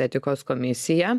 etikos komisija